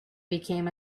became